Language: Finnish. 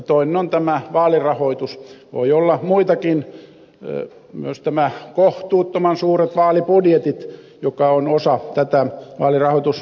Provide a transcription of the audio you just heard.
toinen on tämä vaalirahoitus ja voi olla muitakin on myös nämä kohtuuttoman suuret vaalibudjetit jotka ovat osa tätä vaalirahoituskeskustelua